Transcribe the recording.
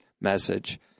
message